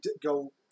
go